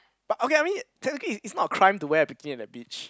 but okay I mean technically it's it's not a crime to wear a bikini at the beach